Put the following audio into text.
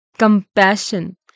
Compassion